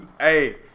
Hey